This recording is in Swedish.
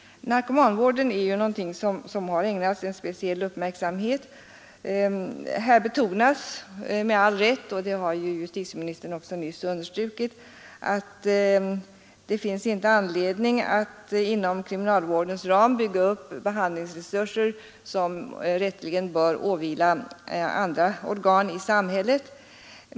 Narkomanvården har ägnats speciell uppmärksamhet. Här betonas med all rätt — och det har justitieministern nyss understrukit — att det inte finns anledning att inom kriminalvårdens ram bygga upp behandlingsresurser som rätteligen bör skapas av andra organ i samhället.